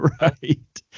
right